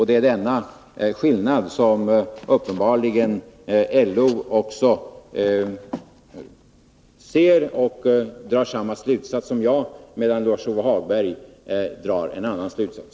Det är denna skillnad som LO också ser och drar samma slutsats av som jag, medan Lars-Ove Hagberg drar en annan slutsats.